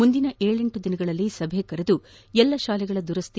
ಮುಂದಿನ ಏಳೆಂಟು ದಿನಗಳಲ್ಲಿ ಸಭೆ ಕರೆದು ಎಲ್ಲ ಶಾಲೆಗಳ ದುರಸ್ತಿ